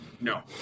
No